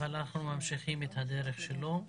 אבל אנחנו ממשיכים את הדרך שלו,